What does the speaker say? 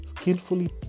skillfully